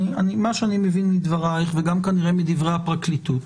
מה שאני מבין מדברייך וגם כנראה מדברי הפרקליטות,